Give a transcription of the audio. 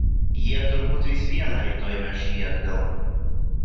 jie turbūt vis viena rytoj veš jį atgal